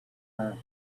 earth